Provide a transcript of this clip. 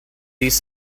these